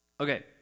Okay